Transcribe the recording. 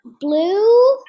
blue